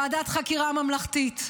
ועדת חקירה ממלכתית.